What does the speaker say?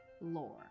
lore